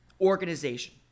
organization